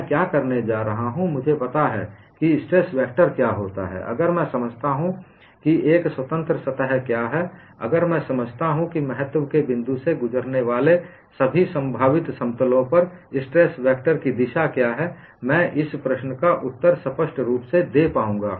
मैं क्या करने जा रहा हूं अगर मुझे पता है कि स्ट्रेस वेक्टर क्या होता है अगर मैं समझता हूं कि एक स्वतंत्र सतह क्या हैअगर मैं भी समझता हूं कि महत्त्व के बिंदु से गुजरने वाले सभी संभावित समतलों पर स्ट्रेस वेक्टर की दिशा क्या हैमैं इस प्रश्न का उत्तर स्पष्ट रूप से दे पाऊंगा